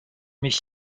mich